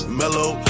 mellow